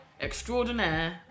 extraordinaire